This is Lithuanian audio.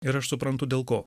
ir aš suprantu dėl ko